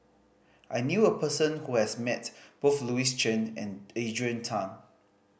I knew a person who has met both Louis Chen and Adrian Tan